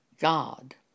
God